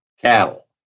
cattle